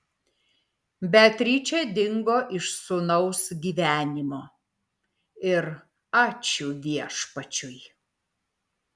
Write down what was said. beatričė dingo iš sūnaus gyvenimo ir ačiū viešpačiui